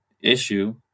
issue